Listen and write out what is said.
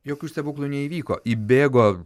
jokių stebuklų neįvyko įbėgo